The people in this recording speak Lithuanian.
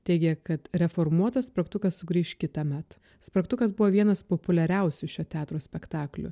teigė kad reformuotas spragtukas sugrįš kitąmet spragtukas buvo vienas populiariausių šio teatro spektaklių